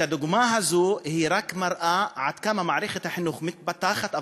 הדוגמה הזו רק מראה עד כמה מערכת החינוך מתפתחת,